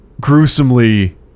gruesomely